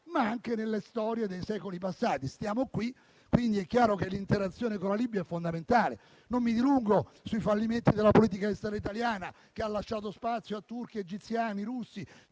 ma anche in quella dei secoli passati. Stiamo qui, quindi è chiaro che l'interazione con la Libia è fondamentale. Non mi dilungo sui fallimenti della politica estera italiana, che ha lasciato spazio a turchi, egiziani e russi: